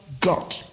God